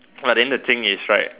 but then the thing is right